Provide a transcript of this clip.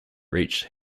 reached